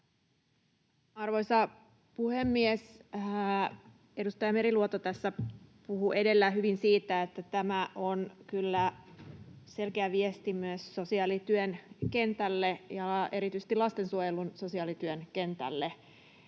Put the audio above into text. Arvoisa puhemies! Edustaja Meriluoto tässä puhui edellä hyvin siitä, että tämä on kyllä selkeä viesti myös sosiaalityön kentälle ja erityisesti lastensuojelun sosiaalityön kentälle